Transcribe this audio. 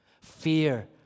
Fear